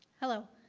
hello.